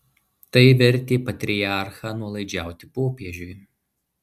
tai vertė patriarchą nuolaidžiauti popiežiui